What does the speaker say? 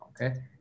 Okay